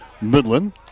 Midland